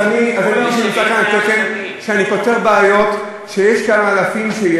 אז אני נמצא כאן על תקן שאני פותר בעיות שיש כאן אלפים,